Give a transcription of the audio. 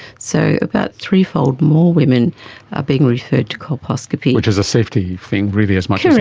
so about three-fold more women are being referred to colposcopy. which is a safety thing really as much as